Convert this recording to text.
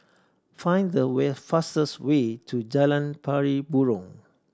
find the way fastest way to Jalan Pari Burong